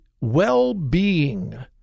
well-being